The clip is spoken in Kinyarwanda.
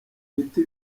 biti